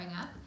up